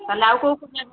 ତା'ହେଲେ ଆଉ କେଉଁ କେଉଁ ଜାଗା